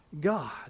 God